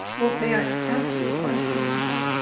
what may i ask you a question, simple.